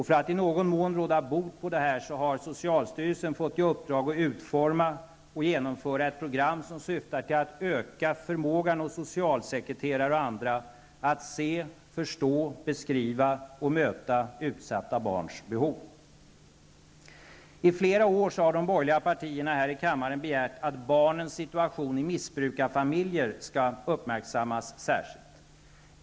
För att i någon mån råda bot på detta har socialstyrelsen fått i uppdrag att utforma och genomföra ett program som syftar till att öka förmågan hos socialsekreterare och andra att se, förstå, beskriva och möta utsatta barns behov. I flera år har de borgerliga partierna här i kammaren begärt att barnens situation i missbrukarfamiljer skall uppmärksammas särskilt.